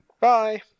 Bye